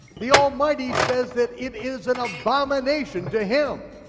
the almighty says that it is an abomination to him.